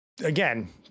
Again